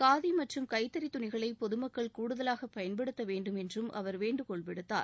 காதி மற்றும் கைத்தறித் துணிகளை பொதுமக்கள் கூடுதலாக பயன்படுத்த வேண்டும் என்றும் அவர் வேண்டுகோள் விடுத்தார்